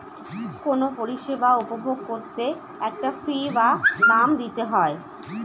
কোনো পরিষেবা উপভোগ করলে একটা ফী বা দাম দিতে হয়